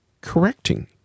correcting